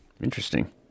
Interesting